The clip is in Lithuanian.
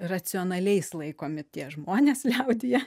racionaliais laikomi tie žmonės liaudyje